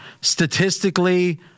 Statistically